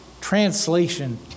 translation